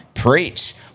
Preach